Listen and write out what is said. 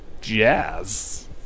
Jazz